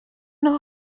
nhw